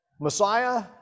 Messiah